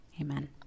Amen